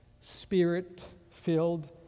Spirit-filled